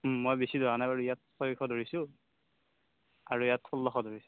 মই বেছি ধৰা নাই বাৰু ইয়াত ছয়শ ধৰিছোঁ আৰু ইয়াত ষোল্লশ ধৰিছোঁ